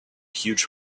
huge